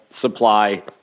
supply